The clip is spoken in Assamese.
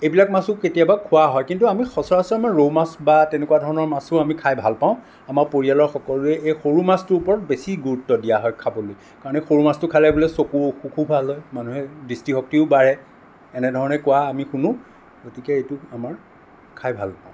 এইবিলাক মাছো কেতিয়াবা খোৱা হয় কিন্তু আমি সচৰাচৰ আমাৰ ৰৌ মাছ বা তেনেকুৱা ধৰণৰ মাছো আমি খাই ভালপাওঁ আমাৰ পৰিয়ালৰ সকলোৰে এই সৰু মাছটো বৰ বেছি গুৰুত্ব দিয়া হয় খাবলৈ কাৰণ এই সৰু মাছটো খালে বোলে চকু অসুখো ভাল হয় মানুহে দৃষ্টিশক্তিয়ো বাঢ়ে এনে ধৰণে কোৱা আমি শুনো গতিকে এইটো আমাৰ খাই ভালপাওঁ